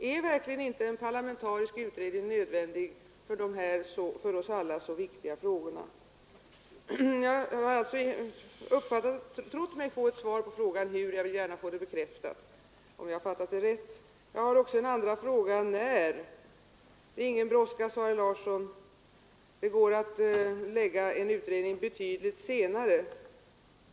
Är inte en parlamentarisk utredning nödvändig i dessa för oss alla så viktiga frågor? Jag uppfattade det så att jag här har fått ett svar på den frågan, men jag vill gärna få bekräftat om jag uppfattade saken rätt. Sedan frågade jag också när en utredning skulle göras. Det är ingen brådska, svarade herr Larsson. Det går att lägga en utredning betydligt senare.